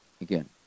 again